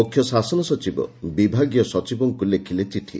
ମୁଖ୍ୟ ଶାସନ ସଚିବ ବିଭାଗୀୟ ସଚିବଙ୍କୁ ଲେଖ୍ଲେ ଚିଠି